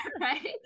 Right